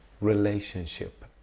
relationship